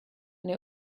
and